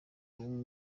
w’amaguru